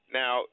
now